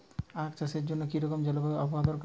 আখ চাষের জন্য কি রকম জলবায়ু ও আবহাওয়া দরকার?